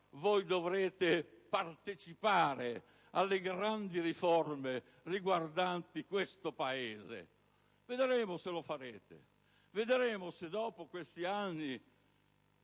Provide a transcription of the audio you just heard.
voi dovrete partecipare alle grandi riforme riguardanti questo Paese. Vedremo se lo farete. Vedremo se, dopo questi due